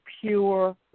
pure